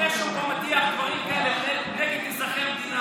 פה מטיח דברים כאלה נגד אזרחי המדינה.